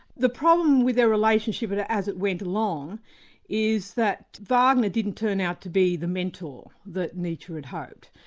the problem with their relationship and as it went along is that wagner didn't turn out to be the mentor that nietzsche had hoped.